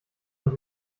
und